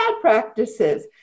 practices